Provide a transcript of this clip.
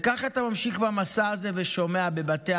וככה אתה ממשיך במסע הזה ושומע בבתי